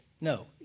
No